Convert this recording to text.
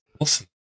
Awesome